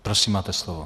Prosím, máte slovo.